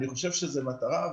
אני חושב שזו מטרה.